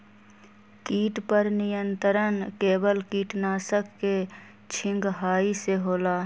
किट पर नियंत्रण केवल किटनाशक के छिंगहाई से होल?